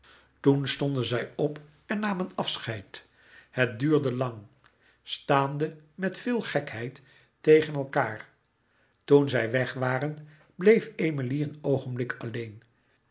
toen stonden zij op en namen afscheid het duurde lang staande met veel gekheid tegen elkaâr toen zij weg waren bleef emilie een oogenblik alleen